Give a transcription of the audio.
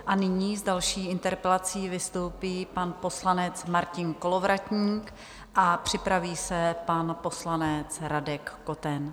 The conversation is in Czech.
A nyní s další interpelací vystoupí pan poslanec Martin Kolovratník a připraví se pan poslanec Radek Koten.